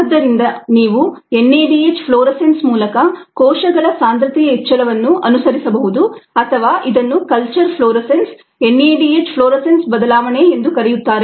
ಆದ್ದರಿಂದ ನೀವು NADH fluorescence ಮೂಲಕ ಕೋಶಗಳ ಸಾಂದ್ರತೆಯ ಹೆಚ್ಚಳವನ್ನು ಅನುಸರಿಸಬಹುದು ಅಥವಾ ಇದನ್ನು ಕಲ್ಚರ್ ಫ್ಲೋರೆಸೆನ್ಸ್ NADH ಫ್ಲೋರೆಸೆನ್ಸ್ ಬದಲಾವಣೆ ಎಂದೂ ಕರೆಯುತ್ತಾರೆ